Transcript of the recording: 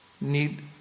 need